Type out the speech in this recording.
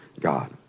God